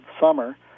summer